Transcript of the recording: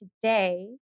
today